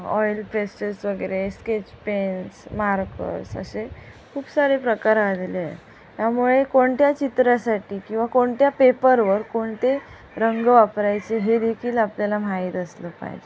oil pastels वगैरे sketch pens markers असे खूप सारे प्रकार आलेले आहे त्यामुळे कोणत्या चित्रासाठी किंवा कोणत्या पेपरवर कोणते रंग वापरायचे हे देखील आपल्याला माहीत असलं पाहिजे